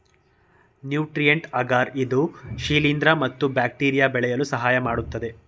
nutrient agar ಇದು ಶಿಲಿಂದ್ರ ಮತ್ತು ಬ್ಯಾಕ್ಟೀರಿಯಾ ಬೆಳೆಯಲು ಸಹಾಯಮಾಡತ್ತದೆ